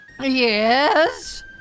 Yes